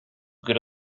good